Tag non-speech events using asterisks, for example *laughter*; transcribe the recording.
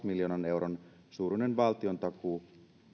*unintelligible* miljoonan euron suuruinen valtiontakuu